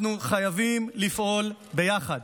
אנחנו חייבים לפעול ביחד,